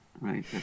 right